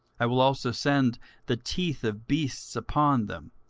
i will also send the teeth of beasts upon them,